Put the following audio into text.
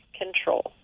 control